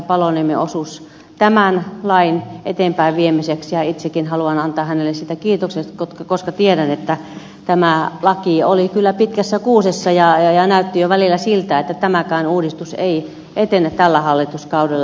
paloniemen osuus tämän lain eteenpäinviemiseksi ja itsekin haluan antaa hänelle siitä kiitokset koska tiedän että tämä laki oli kyllä pitkässä kuusessa ja näytti jo välillä siltä että tämäkään uudistus ei etene tällä hallituskaudella